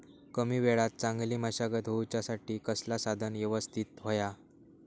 कमी वेळात चांगली मशागत होऊच्यासाठी कसला साधन यवस्तित होया?